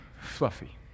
Fluffy